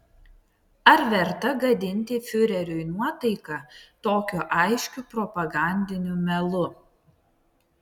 ar verta gadinti fiureriui nuotaiką tokiu aiškiu propagandiniu melu